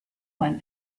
one